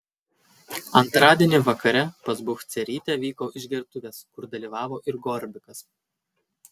antradienį vakare pas buchcerytę vyko išgertuvės kur dalyvavo ir gorbikas